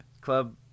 club